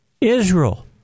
Israel